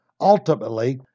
ultimately